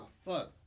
Fuck